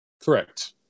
Correct